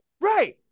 Right